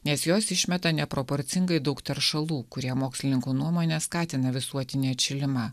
nes jos išmeta neproporcingai daug teršalų kurie mokslininkų nuomone skatina visuotinį atšilimą